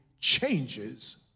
changes